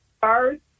first